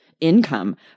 income